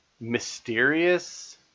mysterious